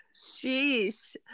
Sheesh